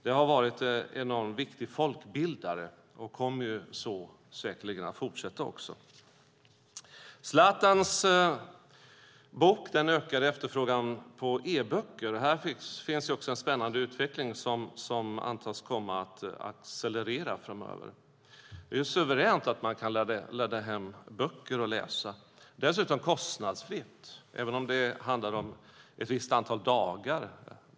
De har varit en enormt viktig folkbildare och kommer nu säkerligen att fortsätta så också. Zlatans bok ökade efterfrågan på e-böcker. Här finns en spännande utveckling som antas komma att accelerera framöver. Det är suveränt att man kan ladda hem böcker och läsa, dessutom kostnadsfritt även om det handlar om ett visst antal dagar.